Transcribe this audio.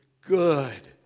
good